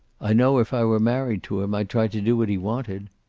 i know if i were married to him, i'd try to do what he wanted.